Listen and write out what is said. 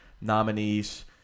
nominees